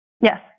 Yes